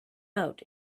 out